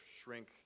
shrink